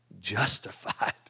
justified